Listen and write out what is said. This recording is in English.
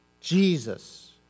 jesus